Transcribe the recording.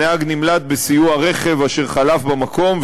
הוא נמלט בסיוע רכב אשר חלף במקום,